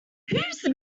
whose